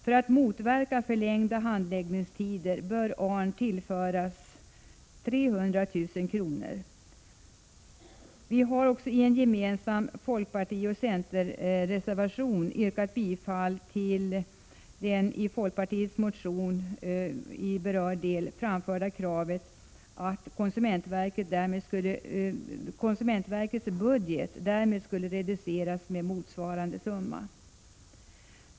För att motverka förlängda handläggningstider bör allmänna reklamationsnämnden tillföras 300 000 kr. Vi har också i en gemensam folkpartioch centerreservation yrkat bifall till i en folkpartimotion i berörd del framförda krav att konsumentverkets budget skulle reduceras med motsvarande summa.